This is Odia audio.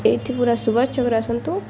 ଏଇଠି ପୁରା ସୁବାଷ ଚନ୍ଦ୍ର ଆସନ୍ତୁ